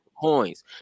coins